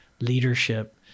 leadership